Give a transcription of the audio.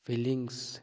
feelings